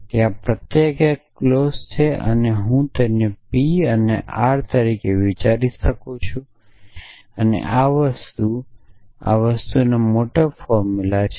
તેથી ત્યાં પ્રત્યેક એક ક્લોઝ છે અને હું તેને P અને R તરીકે વિચારી શકું છું અને આ વસ્તુ અને આ વસ્તુ અને આ વસ્તુનું મોટું ફોર્મુલા છે